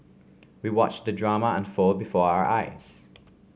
we watched the drama unfold before our eyes